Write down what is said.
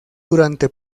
durante